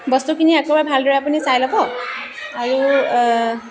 বস্তুখিনি আকৌ এবাৰ ভালদৰে আপুনি চাই ল'ব আৰু